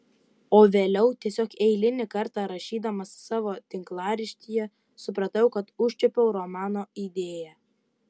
o vėliau tiesiog eilinį kartą rašydamas savo tinklaraštyje supratau kad užčiuopiau romano idėją